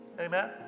Amen